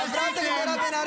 אתה ענייני?